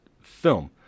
film